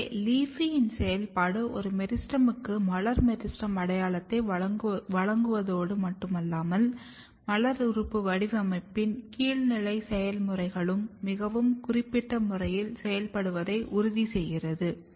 எனவே LEAFY இன் செயல்பாடு ஒரு மெரிஸ்டெமுக்கு மலர் மெரிஸ்டெம் அடையாளத்தை வழங்குவதோடு மட்டுமல்லாமல் மலர் உறுப்பு வடிவமைப்பின் கீழ்நிலை செயல்முறைகளும் மிகவும் குறிப்பிட்ட முறையில் செயல்படுத்தப்படுவதை உறுதிசெய்கிறது